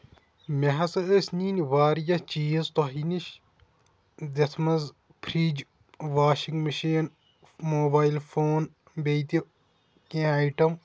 مےٚ ہسا ٲسۍ نِنۍ واریاہ چیٖز تۄہہِ نِش یَتھ منٛز fridge washing machine mobile phone بیٚیہِ تہِ کیٚنٛہہ ایٹم